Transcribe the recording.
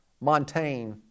Montaigne